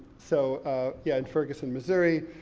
so yeah, in ferguson, missouri.